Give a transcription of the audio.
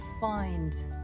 find